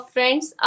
Friends